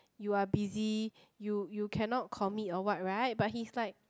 you're busy you you cannot commit of what right but he's like